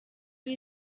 you